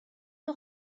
peu